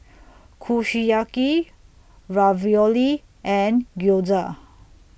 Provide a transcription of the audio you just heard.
Kushiyaki Ravioli and Gyoza